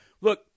Look